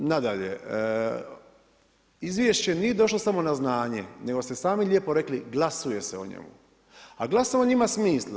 Nadalje, izvješće nije došlo samo na znanje, nego ste sami lijepo rekli, glasuje se o njemu, a glasovanje ima smisla.